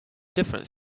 different